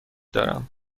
دارم